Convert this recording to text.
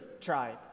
tribe